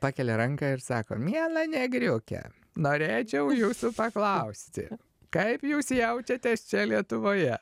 pakelia ranką ir sako miela negriuke norėčiau jūsų paklausti kaip jūs jaučiatės čia lietuvoje